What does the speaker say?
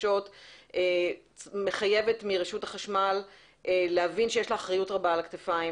מתחדשות מחייבת את רשות החשמל להבין שיש לה אחריות רבה על הכתפיים,